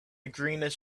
greenish